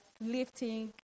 lifting